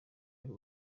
y’u